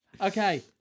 Okay